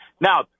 Now